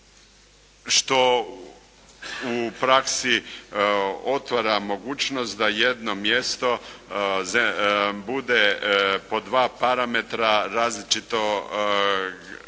što u praksi otvara mogućnost da jedno mjesto bude po dva parametra različito